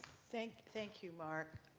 thank thank you, mark.